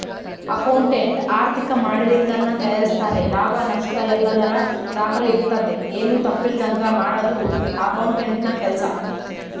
accountant ಆರ್ಥಿಕ ಮಾಡೆಲಿಂಗನ್ನ ತಯಾರಿಸ್ತಾರೆ ಲಾಭ ನಷ್ಟಯಲ್ಲದರ ದಾಖಲೆ ಇರ್ತತೆ, ಏನು ತಪ್ಪಿಲ್ಲದಂಗ ಮಾಡದು ಅಕೌಂಟೆಂಟ್ನ ಕೆಲ್ಸ